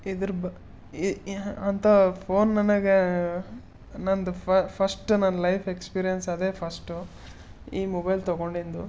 ಇದ್ರ ಬ ಈ ಅಂತ ಫೋನ್ ನನಗೆ ನಂದು ಫಸ್ಟ್ ನನ್ನ ಲೈಫ್ ಎಕ್ಸ್ಪೀರಿಯನ್ಸ್ ಅದೇ ಫಸ್ಟು ಈ ಮೊಬೈಲ್ ತೊಗೊಂಡಿಂದು